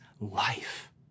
life